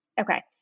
Okay